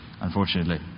unfortunately